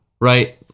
right